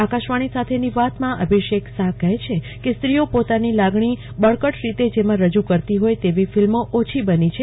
આકાશવાણી સાથેની વાતમાં અભિષેક શાહ કહે છે કે સ્ત્રીઓ પોતાની લાગણી બળકટ રીતે જેમાં રજૂ કરતી હોય તેવી ફિલ્મો ઓછો બની છે